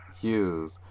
use